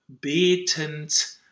betend